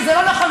שזה לא נכון,